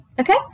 Okay